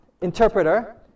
interpreter